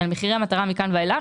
של מחיר מטרה מכאן ואילך,